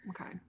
Okay